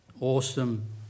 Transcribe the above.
awesome